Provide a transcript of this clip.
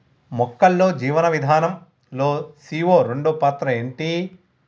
మొక్కల్లో జీవనం విధానం లో సీ.ఓ రెండు పాత్ర ఏంటి?